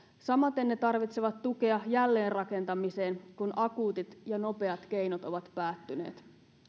samaten ne tarvitsevat tukea jälleenrakentamiseen kun akuutit ja nopeat keinot ovat päättyneet